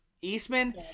Eastman